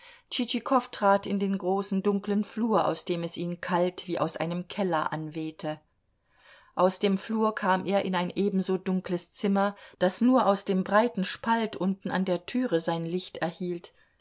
tschitschikow trat in den großen dunklen flur aus dem es ihn kalt wie aus einem keller anwehte aus dem flur kam er in ein ebenso dunkles zimmer das nur aus dem breiten spalt unten an der türe sein licht erhielt